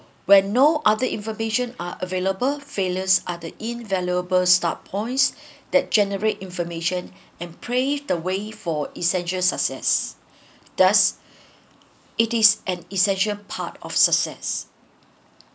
when no other information are available failures are the invaluable start points that generate information and praised the way for essential success thus it is an essential part of success